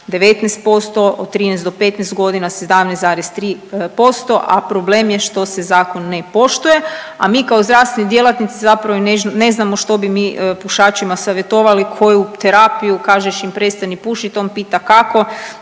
19% od 13 do 15.g., 17,3%, a problem je što se zakon ne poštuje, a mi kao zdravstveni djelatnici zapravo i ne znamo što bi mi pušačima savjetovali, koju terapiju, kažeš im prestani pušit, on pita kako,